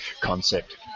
concept